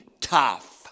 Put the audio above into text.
tough